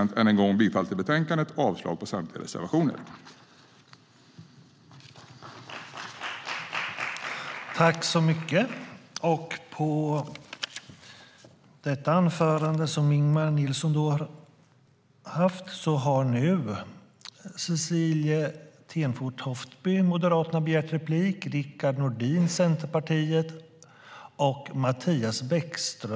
Jag yrkar än en gång bifall till förslaget i betänkandet och avslag på samtliga reservationer.